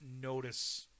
notice